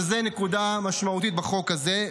וזו נקודה משמעותית בחוק הזה,